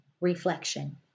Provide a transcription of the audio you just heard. reflection